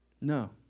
No